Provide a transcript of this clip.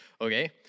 Okay